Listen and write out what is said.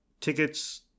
tickets